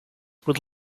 would